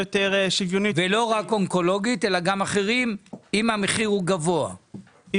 ולא רק אונקולוגית אלא גם אחרים אם המחיר הוא גבוה,